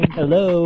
Hello